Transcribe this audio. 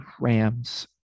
Rams